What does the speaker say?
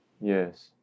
Yes